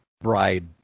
bride